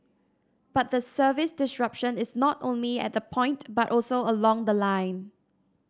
but the service disruption is not only at the point but also along the line